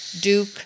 Duke